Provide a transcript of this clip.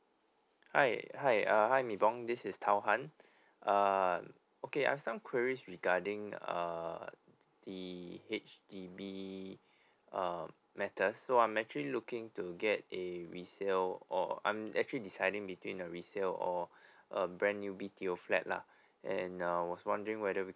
hi hi uh hi nibong this is tauhan uh okay I've some queries regarding uh the H_D_B uh matter so I'm actually looking to get a resale or I'm actually deciding between a resale or a brand new B_T_O flat lah and uh was wondering whether we